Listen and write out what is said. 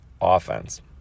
offense